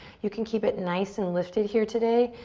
you can keep it nice and lifted here today.